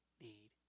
need